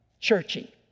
churchy